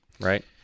right